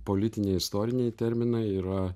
politiniai istoriniai terminai yra